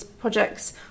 projects